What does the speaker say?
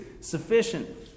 sufficient